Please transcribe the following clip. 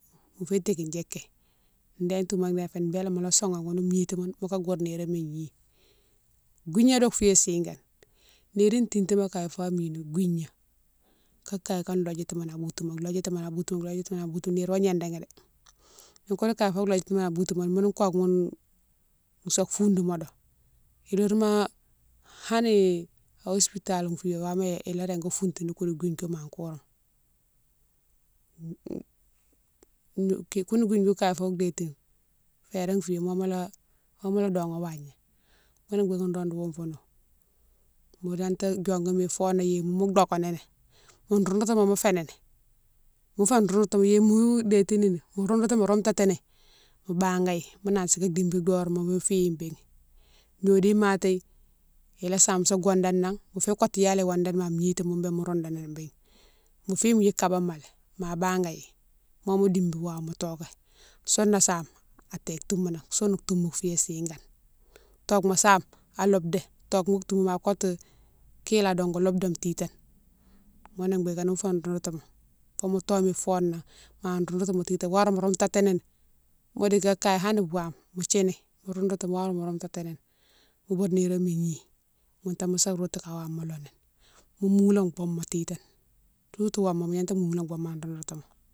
Mo fé tékine djiki, déne touma déne fé bélé mola soughaghi ghoune gniti moune moka boure niroma igni. Gouilgna dou fiyé sigane niri titima kaye fa mine gouilgna, ka kaye ka lodjatimo nan an boutouma, lodjatini an boutouma, lodjatini an boutouma, nire yo gnédéni dé ni koune kaye lodjatimoni a boutouma moune koke moune sa foune di modo ilouroumo hanni an hospital fiyé wama ila régui foutini koune goulgne koune ma kourma. koune gouilgne koune kaye fo déti ni féré fiyé mo mola, mola doghé wagna, ghounné bigué nro ro wonfo nowou, mo gnata diongouni mo fona yéma mo dokéni ni, mo roundoutouma mo féni ni mo fé roundoutouma yéma mo détini, roundoutima mo roumtitini banguéghi mo nansi ké dibi dorema mo fiyi béne, gnodiou matéghi ila same sa gouwandane nan mo féyi kotou yalé wandane nan a gnity moune bé mo roundoni bé, mo fi dji kabamalé ma bangaghi. mo ma dibine wama mo toké, souna same itéke touma nan, soune toumbou fiyé sighane. Tokéma same aloudé, tokema touma ma kotou kilé adongou loudéme titane ghounou bigué nimo fé an roundoutouma fo mo tong fona ma roundoutouma titane fo horéma mo roumtatini modi kaye hanne wame mo djini mo roundoutou fo horé minan mo roumtitini mo boure niroma igni, moune té mosa rotou wama mo loni, mo moulé mo bouma titane, surtout woma mo gnata moulé mo bouma an roundoutouma.